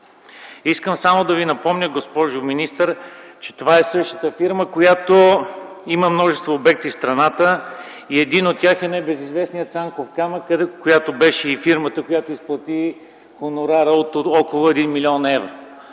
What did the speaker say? Искам само да Ви напомня, госпожо министър, че това е същата фирма, която има множество обекти в страната и един от тях е небезизвестният „Цанков камък”. Тя беше и фирмата изплатила хонорара от около 1 млн. евро.